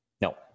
No